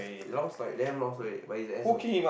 long story damn long story but he's an asshole